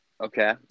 Okay